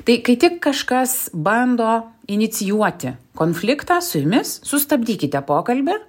tai kai tik kažkas bando inicijuoti konfliktą su jumis sustabdykite pokalbį